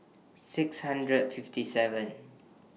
six hundred fifty seven